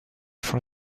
for